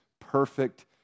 perfect